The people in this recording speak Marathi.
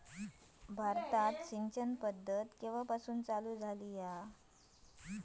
भारतात सिंचन पद्धत केवापासून चालू झाली?